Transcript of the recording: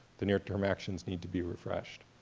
the near term actions need to be refreshed.